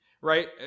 right